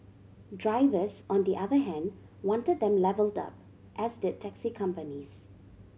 drivers on the other hand wanted them levelled up as did taxi companies